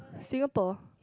Singapore